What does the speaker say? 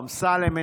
אמסלם,